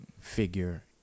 figure